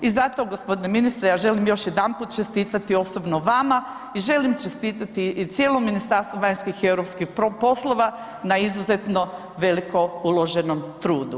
I zato gospodine ministre ja želim još jedanput čestitati osobno vama i želim čestitati cijelom Ministarstvu vanjskim i europskim poslova na izuzetno veliko uloženom trudu.